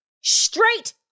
straight